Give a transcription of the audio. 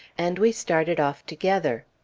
and we started off together.